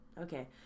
Okay